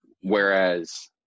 Whereas